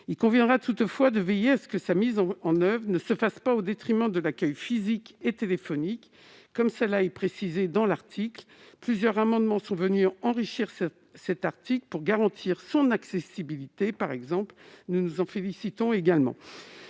Il conviendra toutefois de bien veiller à ce que sa mise en oeuvre ne se fasse pas au détriment de l'accueil physique et téléphonique, comme cela est d'ailleurs précisé dans le texte. Plusieurs amendements sont venus enrichir cet article pour garantir l'accessibilité de cette plateforme. Nous nous en félicitons également.